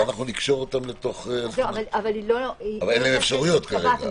אנחנו נקשור אותם לתוך אבל אין להם אפשרויות כאלה.